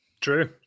true